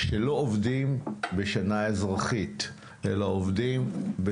שלא עובדים בשנה אזרחית לעובדים,